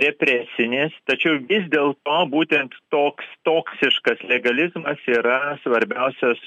represinis tačiau vis dėlto būtent toks toksiškas legalizmas yra svarbiausias